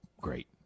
great